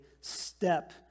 step